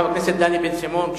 חבר הכנסת דני בן-סימון,